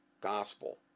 gospel